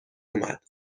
اومد